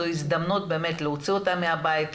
זו הזדמנות להוציא אותם מהבית,